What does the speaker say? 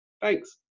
Thanks